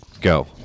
go